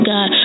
God